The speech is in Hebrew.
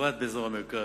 בפרט באזור המרכז,